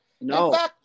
No